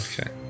Okay